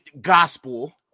gospel